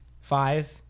Five